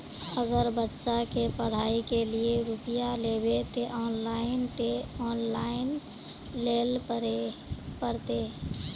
अगर बच्चा के पढ़ाई के लिये रुपया लेबे ते ऑनलाइन लेल पड़ते?